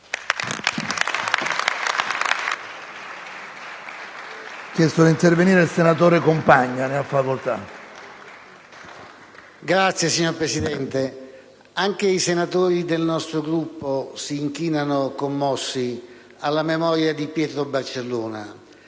*(GAL)*. Signor Presidente, anche i senatori del nostro Gruppo si inchinano commossi alla memoria di Pietro Barcellona,